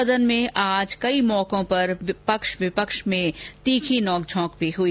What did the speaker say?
सदन में आज कई मौके पर पक्ष विपक्ष में तीखी नोक झोंक भी हुई